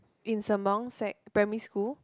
in sembawang sec primary school